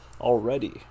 already